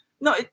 No